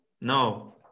no